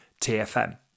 TFM